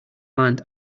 land